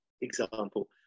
example